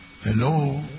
Hello